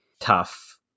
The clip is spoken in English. tough